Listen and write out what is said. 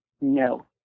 No